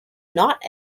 not